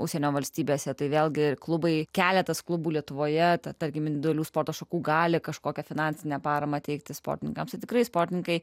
užsienio valstybėse tai vėlgi klubai keletas klubų lietuvoje tarkim individualių sporto šakų gali kažkokią finansinę paramą teikti sportininkams tikrai sportininkai